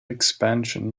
expansion